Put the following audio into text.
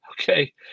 Okay